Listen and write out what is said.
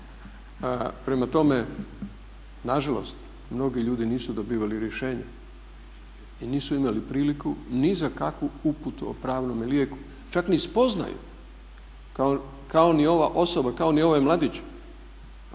Prema tome, nažalost mnogi ljudi nisu dobivali rješenje i nisu imali priliku ni za kakvu uputu o pravome lijeku, čak ni spoznaju kao ni ova osoba, kao ni ovaj mladić